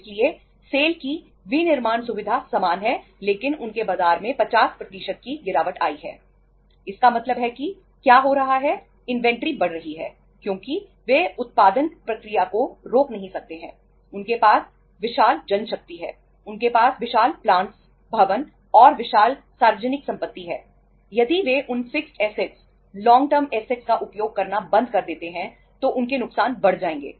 इसलिए सेल का उपयोग करना बंद कर देते हैं तो उनके नुकसान बढ़ जाएंगे